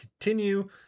continue